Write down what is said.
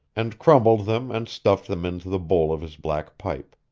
and crumbled them and stuffed them into the bowl of his black pipe.